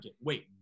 Wait